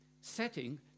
setting